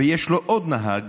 ויש לו עוד נהג